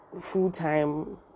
full-time